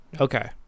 Okay